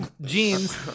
jeans